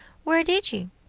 where did you?